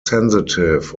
sensitive